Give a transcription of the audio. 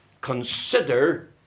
Consider